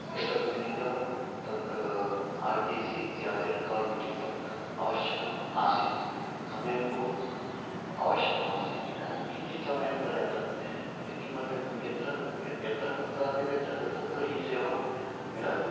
एतद् मिलितं तद् आर् टी सि इत्यादि रेकार्ड् मिलितम् आवश्यकम् आसीत् समयं बहु आवश्यकम् आसीत् इदानीं किञ्चित् समयं पर्याप्तं किमर्थम् किमर्थं यत्र यत्र कुत्रापि गच्छतु तत्र ई सेवा मिलति